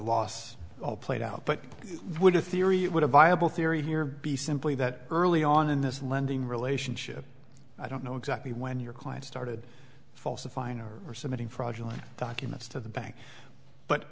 loss all played out but would a theory would a viable theory here be simply that early on in this lending relationship i don't know exactly when your client started falsifying or submitting fraudulent documents to the bank but